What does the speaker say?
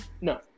No